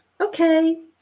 okay